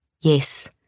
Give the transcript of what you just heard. Yes